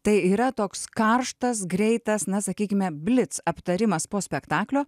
tai yra toks karštas greitas na sakykime blic aptarimas po spektaklio